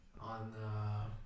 on